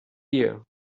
year